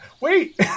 Wait